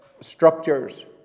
structures